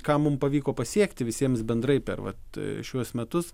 ką mum pavyko pasiekti visiems bendrai per vat šiuos metus